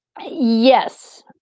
Yes